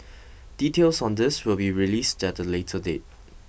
details on this will be released at a later date